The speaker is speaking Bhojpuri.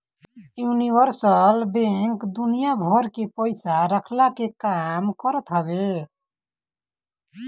यूनिवर्सल बैंक दुनिया भर के पईसा रखला के काम करत हवे